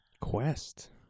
Quest